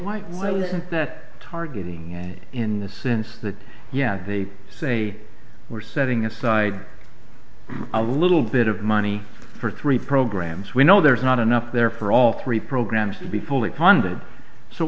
wasn't that targeting in the sense that yeah they say we're setting aside a little bit of money for three programs we know there's not enough there for all three programs to be fully funded so